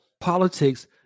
Politics